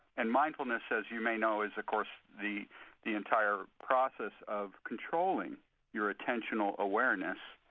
and mindfulness, as you may know, is, of course, the the entire process of controlling your attentional awareness.